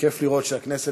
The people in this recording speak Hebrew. כיף לראות שהכנסת